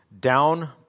down